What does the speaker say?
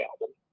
album